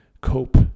cope